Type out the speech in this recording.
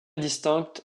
distinctes